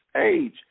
age